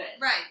Right